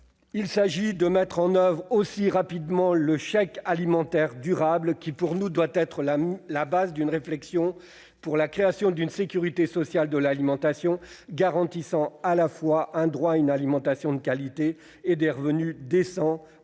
également de mettre en oeuvre rapidement le chèque alimentaire durable, qui devrait à nos yeux constituer la base d'une réflexion pour la création d'une sécurité sociale de l'alimentation garantissant à la fois un droit à une alimentation de qualité et des revenus décents